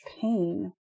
pain